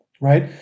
right